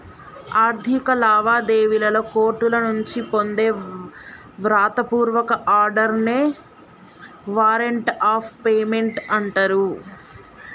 ఆర్థిక లావాదేవీలలో కోర్టుల నుంచి పొందే వ్రాత పూర్వక ఆర్డర్ నే వారెంట్ ఆఫ్ పేమెంట్ అంటరు